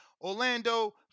Orlando